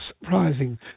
surprising